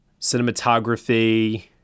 cinematography